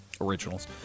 originals